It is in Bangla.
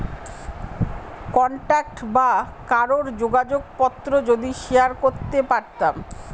কন্টাক্ট বা কারোর যোগাযোগ পত্র যদি শেয়ার করতে পারতাম